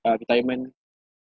uh retirement